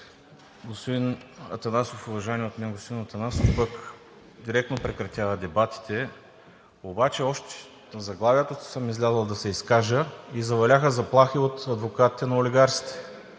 и изказвания, уважаваният от мен господин Атанасов пък директно прекратява дебатите. Обаче още на заглавието съм излязъл да се изкажа и заваляха заплахи от адвокатите на олигарсите.